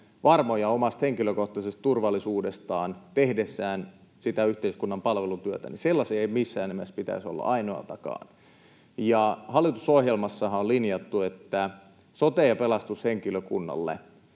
varmoja omasta henkilökohtaisesta turvallisuudestaan tehdessään yhteiskunnan palvelutyötä — sellaisia ei missään nimessä pitäisi olla ainoatakaan. Hallitusohjelmassahan on linjattu, että sote- ja pelastushenkilökunnalle